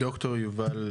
ד"ר יובל